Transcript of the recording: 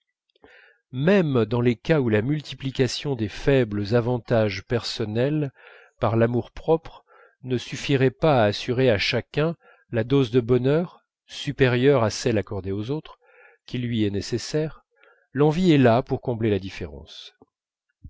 même dans les cas où la multiplication des faibles avantages personnels par l'amour-propre ne suffirait pas à assurer à chacun la dose de bonheur supérieure à celle accordée aux autres qui lui est nécessaire l'envie est là pour combler la différence